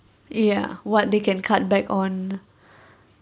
ya what they can cut back on